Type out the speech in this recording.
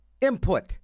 input